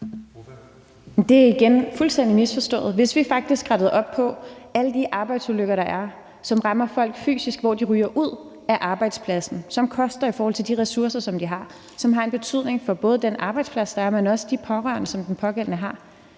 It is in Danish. Det er igen fuldstændig misforstået. Hvis vi faktisk rettede op på alle de arbejdsulykker, der er, og som rammer folk fysisk, hvor de ryger ud af arbejdspladsen, som koster i forhold til de ressourcer, som vi har, og som har en betydning for både den arbejdsplads, der er, men også de pårørende, som den pågældende har.